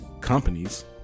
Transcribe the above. companies